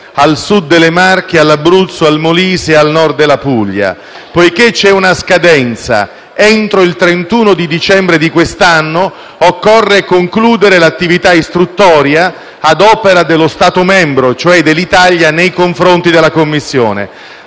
al Sud delle Marche, all'Abruzzo, al Molise e al Nord della Puglia. Poiché c'è una scadenza (entro il 31 dicembre di quest'anno), occorre concludere l'attività istruttoria ad opera dello Stato membro, cioè dell'Italia, nei confronti della Commissione.